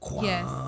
yes